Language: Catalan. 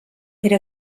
era